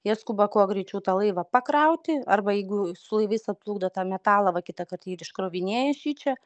jie skuba kuo greičiau tą laivą pakrauti arba jeigu su laivais atplukdo tą metalą va kitąkart jį ir iškrovinėja šičia